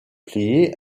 plié